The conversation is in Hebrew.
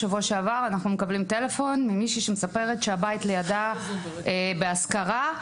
בשבוע שעבר אנחנו קיבלנו טלפון ממישהי שסיפרה שהבית לצידה בהשכרה,